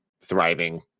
thriving